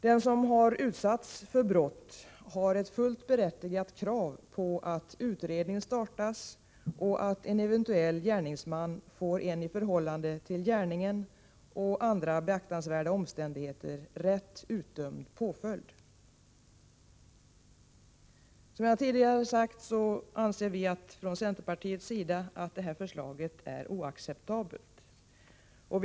Den som har utsatts för brott har ett fullt berättigat krav på att utredning startas och att en eventuell gärningsman får en i förhållande till gärningen och andra beaktansvärda omständigheter rätt utdömd påföljd. Som jag tidigare har sagt anser vi från centerpartiets sida att förslaget är oacceptabelt.